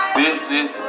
business